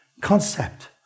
concept